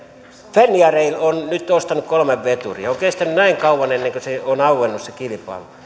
fenniarail on ostanut kolme veturia on kestänyt näin kauan ennen kuin se kilpailu on auennut